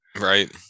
Right